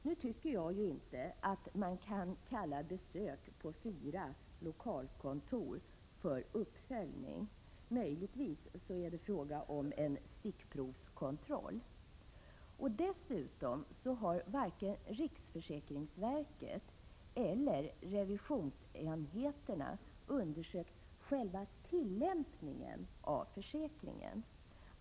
Nu tycker jag inte att man kan kalla besök på fyra lokalkontor för uppföljning. Möjligtvis är det fråga om en stickprovskontroll. Dessutom har varken riksförsäkringsverket eller revisionsenheterna undersökt själva tillämpningen av försäkringen.